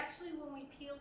actually when we peel